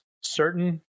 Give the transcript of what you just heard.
certain